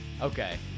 Okay